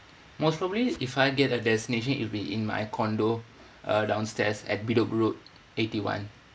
most probably if I get a destination it'll be in my condo uh downstairs at bedok road eighty one